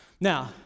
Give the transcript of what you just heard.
Now